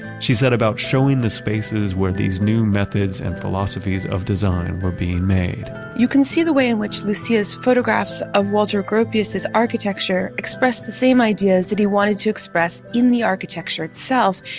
she set about showing the spaces spaces where these new methods and philosophies of design were being made you can see the way in which lucia's photographs of walter gropius's architecture express the same ideas that he wanted to express in the architecture itself,